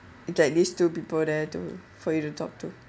at least two people there to for you to talk to